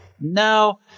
no